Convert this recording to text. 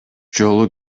жолу